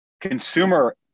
consumer